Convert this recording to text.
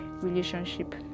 relationship